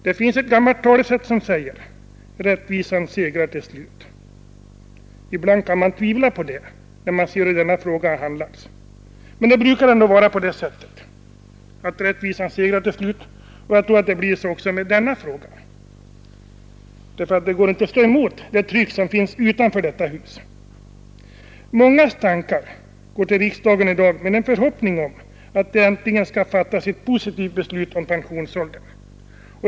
Det finns ett gammalt talesätt som säger: Rättvisan segrar till slut. Man kan tvivla på det när man ser hur denna fråga har handlagts. Men det brukar ändå vara så att rättvisan segrar till slut, och jag tror att det blir så också i detta fall. Det går inte att stå emot det tryck som finns utanför detta hus. Mångas tankar går i dag till riksdagen med en förhoppning om att det äntligen skall fattas ett positivt beslut om pensionsåldern.